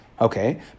Okay